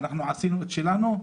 עשינו את שלנו,